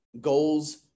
Goals